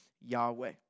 Yahweh